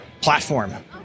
platform